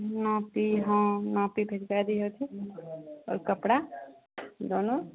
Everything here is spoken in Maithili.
नापी हँ नापी भेजबा दिहथिन आओर कपड़ा दोनो